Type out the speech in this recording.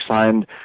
signed